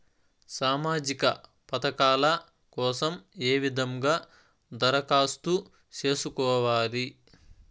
సామాజిక పథకాల కోసం ఏ విధంగా దరఖాస్తు సేసుకోవాలి